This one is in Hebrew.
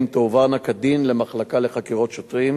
הן תועברנה כדין למחלקה לחקירות שוטרים,